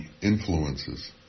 influences